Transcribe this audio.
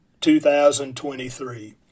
2023